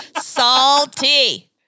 Salty